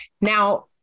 Now